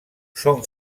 són